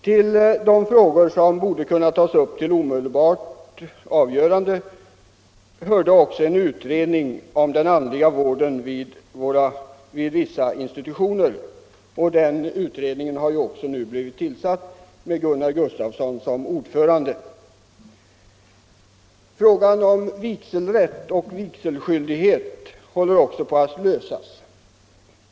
Till de frågor som borde kunna tas upp till omedelbart avgörande hörde också en utredning av den andliga vården vid vissa institutioner. Den utredningen har nu också blivit tillsatt med Gunnar Gustafsson som ordförande. Frågan om vigselrätt och vigselskyldighet håller också på att lösas.